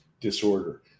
disorder